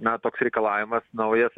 na toks reikalavimas naujas